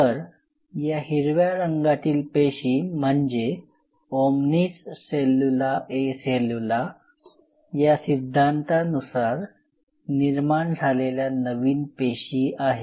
तर या हिरव्या रंगातील पेशी म्हणजे "ओमनिस सेल्युला ए सेल्युला" "omni cellula e cellula" या सिद्धांतानुसार निर्माण झालेल्या नवीन पेशी आहेत